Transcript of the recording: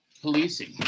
Policing